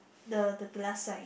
the the glass sign